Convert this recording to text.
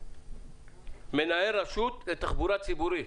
מנהל רשות לתחבורה ציבורית.